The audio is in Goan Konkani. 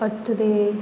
पत्ते